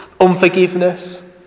unforgiveness